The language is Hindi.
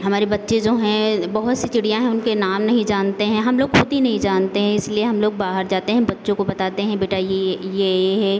हमारी बच्चे जो हैं बहुत इसी चिड़िया हैं उनके नाम नहीं जानते हैं हम लोग खुद ही नहीं जानते हैं इसलिए हम लोग बाहर जाते हैं बच्चों को बताते हैं बेटा ये ये है